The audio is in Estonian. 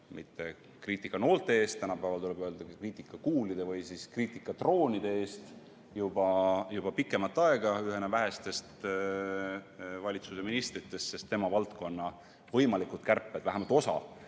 kriitikanoolte eest (või tänapäeval tuleb öelda, et kriitikakuulide või kriitikadroonide eest) juba pikemat aega, seda ühena vähestest valitsuse ministritest, sest tema valdkonna võimalikud kärped või vähemalt osa